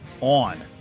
on